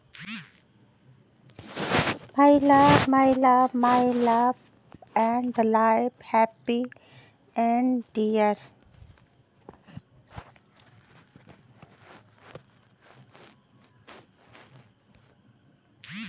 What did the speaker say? हम्मेआधार जोखिम के मूल्यांकन करै के जानकारी इकट्ठा करी रहलो छिऐ